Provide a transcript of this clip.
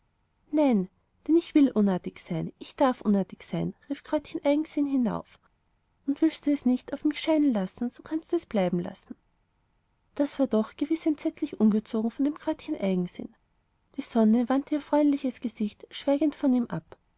nein denn ich will unartig sein ich darf unartig sein rief kräutchen eigensinn hinauf und willst du nicht auf mich scheinen so kannst du es bleiben lassen das war doch gewiß entsetzlich ungezogen von dem kräutchen eigensinn die sonne wandte ihr freundliches gesicht schweigend von ihm ab